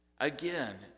Again